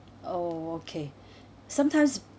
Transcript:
oh okay sometimes